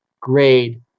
grade